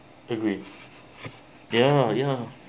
agreed ya ya